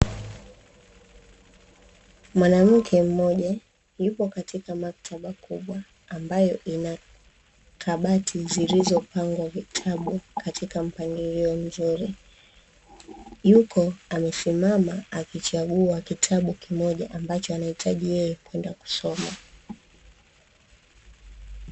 Mwanamke mmoja yupo katika maktaba kubwa, ambayo ina kabati zilizopangwa vitabu katika mpangilio mzuri. Yuko amesimama akichagua kitabu kimoja ambacho anahitaji yeye kwenda kusoma.